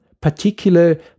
particular